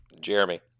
Jeremy